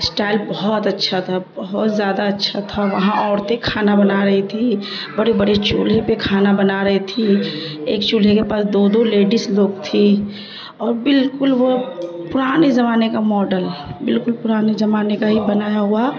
style بہت اچھا تھا بہت زیادہ اچھا تھا وہاں عورتیں کھانا بنا رہی تھیں بڑے بڑے چولہے پہ کھانا بنا رہی تھیں ایک چولہے کے پاس دو دو لیڈیز لوگ تھی اور بالکل وہ پرانے زمانے کا ماڈل بالکل پرانے زمانے کا ہی بنایا ہوا